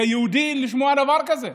כיהודי לשמוע דבר כזה.